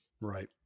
Right